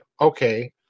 Okay